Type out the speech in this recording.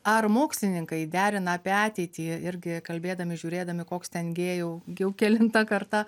ar mokslininkai derina apie ateitį irgi kalbėdami žiūrėdami koks ten g jau jau kelintą kartą